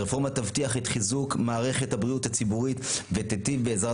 הרפורמה תבטיח את חיזוק מערכת הבריאות הציבורית ותיטיב בעזרת